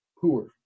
poor